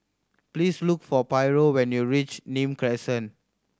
please look for Pryor when you reach Nim Crescent